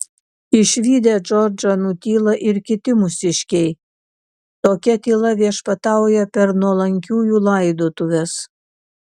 išvydę džordžą nutyla ir kiti mūsiškiai tokia tyla viešpatauja per nuolankiųjų laidotuves